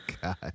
God